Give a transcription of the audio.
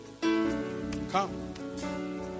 Come